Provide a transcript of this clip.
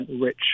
rich